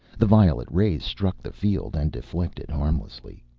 the violet rays struck the field and deflected harmlessly.